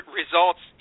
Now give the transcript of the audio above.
results